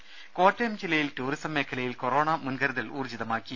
രുര കോട്ടയം ജില്ലയിൽ ടൂറിസം മേഖലയിൽ കൊറോണ മുൻ കരുതൽ ഊർജിതമാക്കി